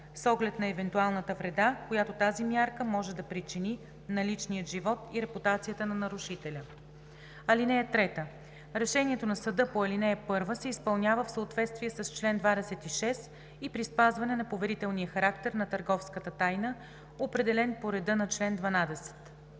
с оглед на евентуалната вреда, която тази мярка може да причини на личния живот и репутацията на нарушителя. (3) Решението на съда по ал. 1 се изпълнява в съответствие с чл. 26 и при спазване на поверителния характер на търговската тайна, определен по реда на чл. 12.“